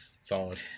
Solid